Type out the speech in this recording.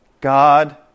God